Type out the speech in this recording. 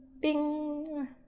Bing